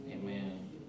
Amen